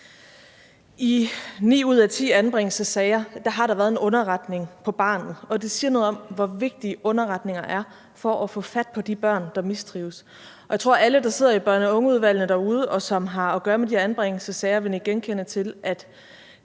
I ni ud af ti anbringelsessager har der været en underretning på barnet, og det siger noget om, hvor vigtige underretninger er for at få fat på de børn, der mistrives. Og jeg tror alle, der sidder i børn og unge-udvalgene derude, og som har at gøre med de anbringelsessager, vil nikke genkende til, at